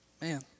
Man